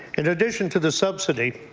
in addition to the subsidy,